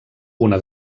una